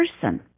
person